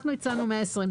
אנחנו הצענו 120 ימים.